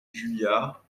juliards